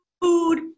food